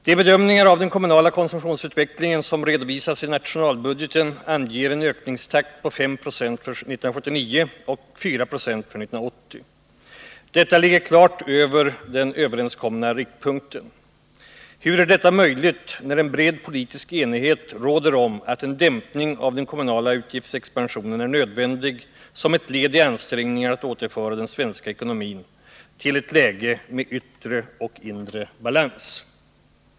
De bedömningar av den kommunala konsumtionsutvecklingen som redovisas i nationalbudgeten anger en ökningstakt på 5 96 för 1979 och 4 Jo för 1980. Detta ligger klart över den överenskomna riktpunkten. Hur är detta möjligt när det råder en bred politisk enighet om att en dämpning av den kommunala utgiftsexpansionen är nödvändig som ett led i ansträngningarna att återföra den svenska ekonomin till ett läge med yttre och inre balans?